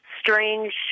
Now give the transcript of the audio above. strange